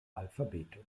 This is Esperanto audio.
alfabeto